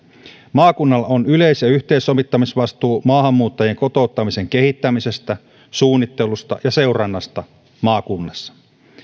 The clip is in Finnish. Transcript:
maakunnalla on yleis ja yhteissovittamisvastuu maahanmuuttajien kotouttamisen kehittämisestä suunnittelusta ja seurannasta maakunnassa